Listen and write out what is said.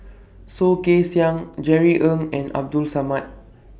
Soh Kay Siang Jerry Ng and Abdul Samad